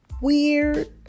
weird